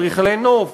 אדריכלי נוף,